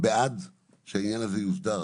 בעד שהעניין הזה יוסדר.